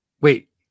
Wait